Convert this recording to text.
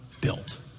built